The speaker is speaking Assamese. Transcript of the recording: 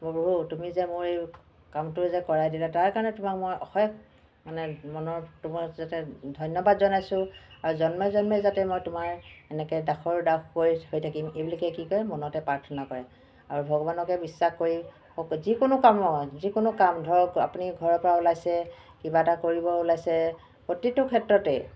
প্ৰভূ তুমি যে মোৰ কামটো যে কৰাই দিলা তাৰবাবে মই অশেষ মানে মনৰ তোমাৰ যাতে ধন্যবাদ জনাইছোঁ আৰু জন্মে জন্মে যাতে মই তোমাৰ এনেকৈ দাসৰ দাস হৈ থাকিম এইবুলিকে কি কয় মনতে প্ৰাৰ্থনা কৰে আৰু ভগৱানকে বিশ্বাস কৰি যিকোনো কামৰ যিকোনো কাম ধৰক আপুনি ঘৰৰ পৰা ওলাইছে কিবা এটা কৰিব ওলাইছে প্ৰতিটো ক্ষেত্ৰতে